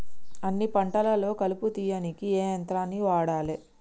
అన్ని పంటలలో కలుపు తీయనీకి ఏ యంత్రాన్ని వాడాలే?